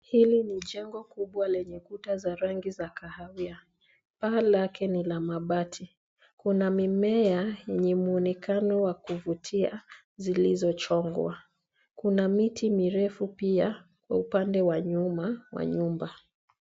Hili ni jengo kubwa lenye kuta za rangi za kahawia. Paa lake ni la mabati. Kuna mimea yenye muonekano wa kuvutia zilizochongwa. Kuna miti mirefu pia kwa upande wa nyuma wa nyumba.